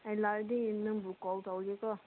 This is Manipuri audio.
ꯑꯩ ꯂꯥꯛꯂꯗꯤ ꯅꯪꯕꯨ ꯀꯣꯜ ꯇꯧꯒꯦꯀꯣ